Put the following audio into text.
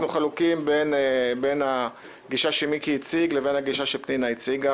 המחלוקת היא בין הגישה שמיקי הציג לבין הגישה שפנינה הציגה,